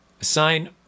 assign